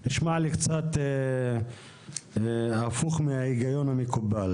זה נשמע לי קצת הפוך מההיגיון המקובל.